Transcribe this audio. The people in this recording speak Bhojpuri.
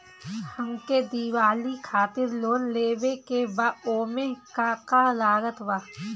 हमके दिवाली खातिर लोन लेवे के बा ओमे का का लागत बा?